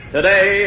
Today